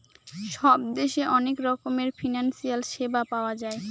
সব দেশে অনেক রকমের ফিনান্সিয়াল সেবা পাওয়া যায়